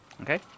Okay